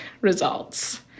results